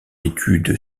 étude